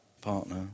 partner